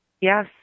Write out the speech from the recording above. Yes